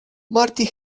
marty